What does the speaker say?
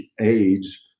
age